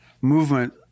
movement